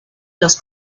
los